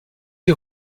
des